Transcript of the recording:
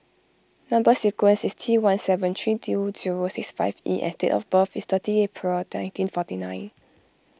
Number Sequence is T one seven three do two six five E and date of birth is thirty April nineteen forty nine